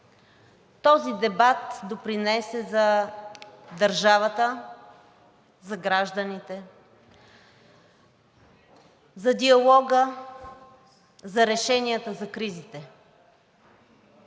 този дебат допринесе за държавата, за гражданите, за диалога, за решенията за кризите.